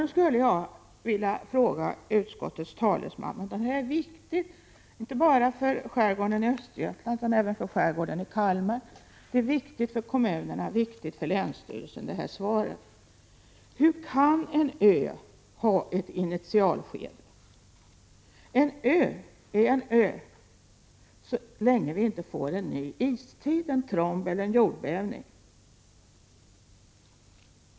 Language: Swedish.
Nu vill jag ställa en fråga till utskottets talesman, och svaret är viktigt inte bara för skärgården i Östergötland utan även för skärgården i Kalmar samt för kommuner och länsstyrelser: Hur kan en ö ha ett initialskede? En ö är en ö, så länge det inte kommer en ny istid, en tromb eller en jordbävning.